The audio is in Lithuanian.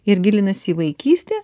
ir gilinasi į vaikystę